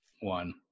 one